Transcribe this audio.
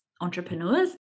entrepreneurs